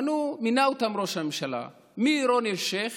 מינה אותם ראש הממשלה, מרוני אלשיך